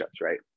right